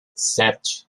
sete